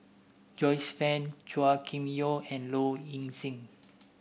Joyce Fan Chua Kim Yeow and Low Ing Sing